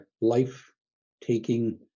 life-taking